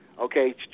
Okay